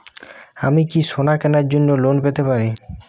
আমি কি সোনা কেনার জন্য লোন পেতে পারি?